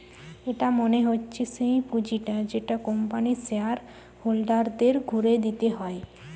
এটা মনে হচ্ছে সেই পুঁজিটা যেটা কোম্পানির শেয়ার হোল্ডারদের ঘুরে দিতে হয়